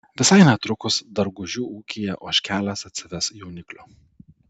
visai netrukus dargužių ūkyje ožkelės atsives jauniklių